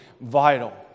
vital